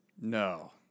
No